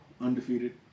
Undefeated